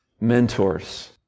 mentors